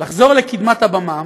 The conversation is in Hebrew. לחזור לקדמת הבמה.